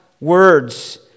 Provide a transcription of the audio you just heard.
words